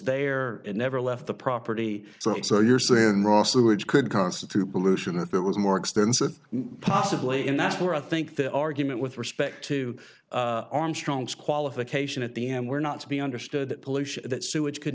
there it never left the property so it so you're saying raw sewage could constitute pollution if it was more expensive possibly and that's where i think the argument with respect to armstrong's qualification at the end were not to be understood that pollution that sewage could